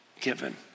given